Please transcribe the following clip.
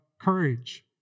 courage